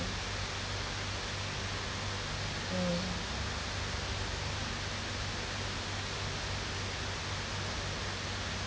mm